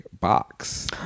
box